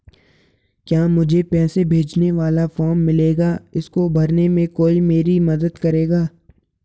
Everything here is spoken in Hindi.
क्या मुझे पैसे भेजने वाला फॉर्म मिलेगा इसको भरने में कोई मेरी मदद करेगा?